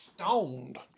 stoned